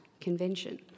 convention